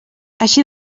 així